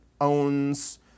owns